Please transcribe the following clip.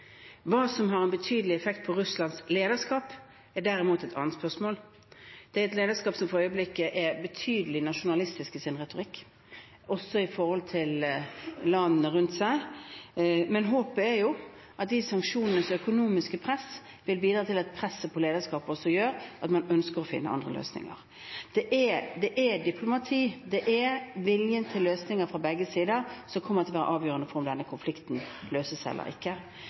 Hva som har en betydelig effekt på Russlands lederskap, er derimot et annet spørsmål. Det er et lederskap som for øyeblikket er betydelig nasjonalistisk i sin retorikk, også i forhold til landene rundt. Men håpet er jo at sanksjonene, med økonomisk press, vil bidra til at presset på lederskapet også gjør at man ønsker å finne andre løsninger. Det er diplomati, det er viljen til løsninger fra begge sider som kommer til å være avgjørende for om denne konflikten løses eller ikke.